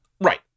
right